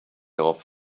off